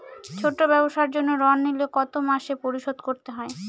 ছোট ব্যবসার জন্য ঋণ নিলে কত মাসে পরিশোধ করতে হয়?